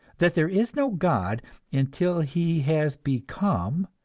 that there is no god until he has become,